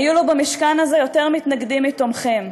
היו לו במשכן הזה יותר מתנגדים מתומכים.